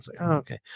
okay